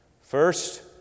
first